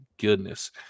goodness